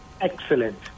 excellent